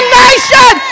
nation